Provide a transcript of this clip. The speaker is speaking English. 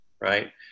right